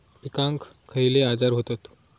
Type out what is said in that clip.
पिकांक खयले आजार व्हतत?